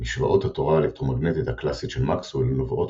משוואות התורה האלקטרומגנטית הקלאסית של מקסוול נובעות